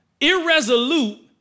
irresolute